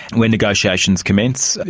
when negotiations commence,